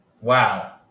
Wow